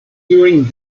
during